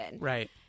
Right